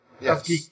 Yes